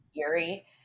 eerie